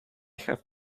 have